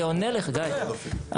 אני עונה לך, גיא.